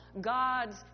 God's